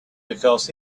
because